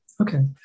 Okay